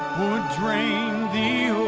drain the